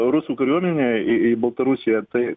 rusų kariuomenę į baltarusiją tai